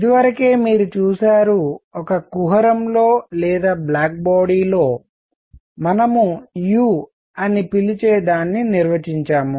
ఇదివరకే మీరు చూశారు ఒక కుహరంలో లేదా బ్లాక్ బాడీ లో మనము u అని పిలిచేదాన్ని నిర్వచించాం